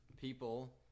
people